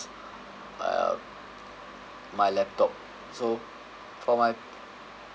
uh my laptop so for my